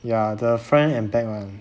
ya the front and back [one]